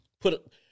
put